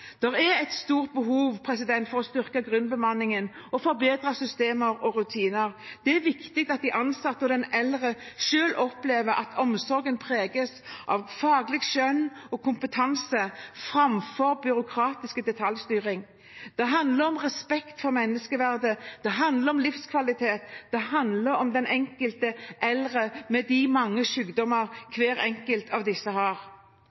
er et stort behov for å styrke grunnbemanningen og forbedre systemer og rutiner. Det er viktig at de ansatte og den eldre selv opplever at omsorgen preges av faglig skjønn og kompetanse framfor byråkratisk detaljstyring. Det handler om respekt for menneskeverdet, det handler om livskvalitet, og det handler om den enkelte eldre, med de mange sykdommene hver enkelt av disse har.